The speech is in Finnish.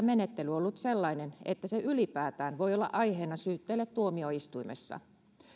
menettely ollut sellainen että se ylipäätään voi olla aiheena syytteelle tuomioistuimessa